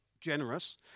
generous